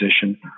position